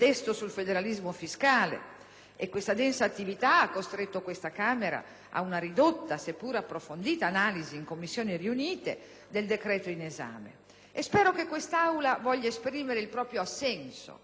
e questa densa attività ha costretto questa Camera ad una ridotta seppur approfondita analisi in sede di Commissioni riunite del decreto in esame. Spero che quest'Aula voglia esprimere il proprio assenso ad un provvedimento importante